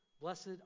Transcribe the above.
Blessed